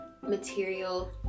material